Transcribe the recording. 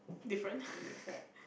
different